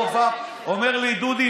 הוא אומר לי: דודי,